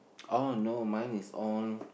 oh no mine is all